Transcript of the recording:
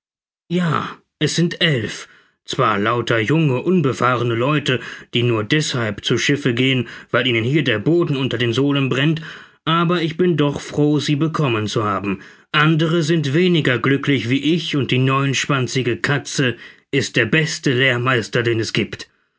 ja es sind elf zwar lauter junge unbefahrene leute die nur deßhalb zu schiffe gehen weil ihnen hier der boden unter den sohlen brennt aber ich bin doch froh sie bekommen zu haben andere sind weniger glücklich wie ich und die neunschwanzige katze ist der beste lehrmeister den es gibt